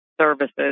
services